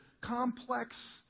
complex